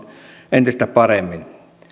entistä paremmin